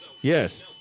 Yes